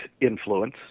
influence